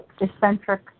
eccentric